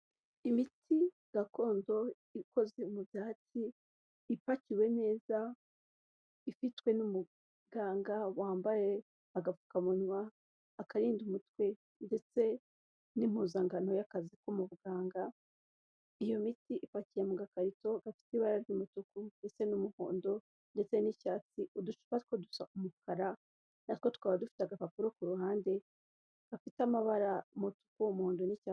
Imiti gakondo ikozwe mu byatsi, ipakiwe neza, ifitwe n'umuganga wambaye agapfukamunwa, akarinda umutwe ndetse n'impuzangano y'akazi ko mu buganga, iyo miti ipakiye mu gakarito gafite ibara ry'umutuku ndetse n'umuhondo ndetse n'icyatsi, uducupa two dusa umukara na two tukaba dufite agapapuro ku ruhande, gafite amabara umutuku, umuhondo n'icyatsi.